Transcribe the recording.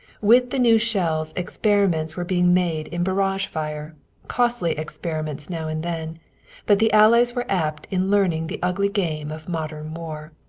with the new shells experiments were being made in barrage fire costly experiments now and then but the allies were apt in learning the ugly game of modern war.